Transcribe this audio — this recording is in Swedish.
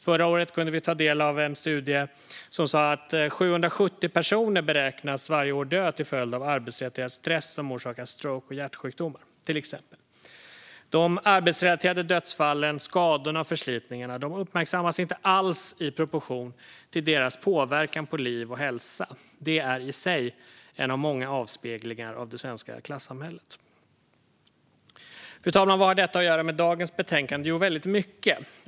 Förra året kunde vi ta del av en studie som visade att 770 personer per år beräknas dö till följd av arbetsrelaterad stress, som orsakar stroke och hjärtsjukdomar. De arbetsrelaterade dödsfallen, skadorna och förslitningarna uppmärksammas inte alls i proportion till deras påverkan på liv och hälsa. Det är i sig en av många avspeglingar av det svenska klassamhället. Fru talman! Vad har detta att göra med dagens betänkande? Jo, väldigt mycket.